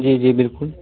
जी जी बिल्कुल